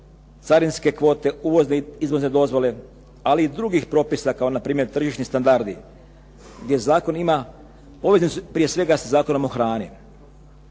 carinske kvote, uvozne i izvozne dozvole, ali i drugih propisa kao npr. tržišni standardi, gdje zakon ima prije svega poveznicu sa Zakonom o hrani.